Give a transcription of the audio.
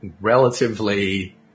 relatively